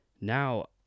now